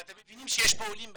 אבל אתם מבינים שיש פה עולים באמצע.